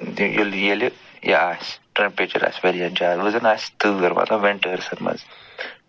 دِ ییٚلہِ ییٚلہِ یہِ آسہِ ٹرٛمپچَر آسہِ واریاہ زیادٕ وٕ زَنہ آسہِ تۭر مطلب وِنٹٲرسَن منٛز